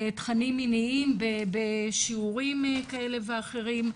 תכנים מיניים בשיעורים כאלה ואחרים,